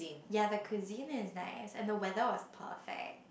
ya the cuisine is nice and the weather was perfect